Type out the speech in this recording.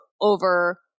over